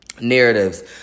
narratives